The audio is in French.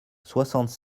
soixante